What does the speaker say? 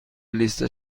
لیست